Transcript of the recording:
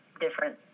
different